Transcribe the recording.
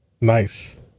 Nice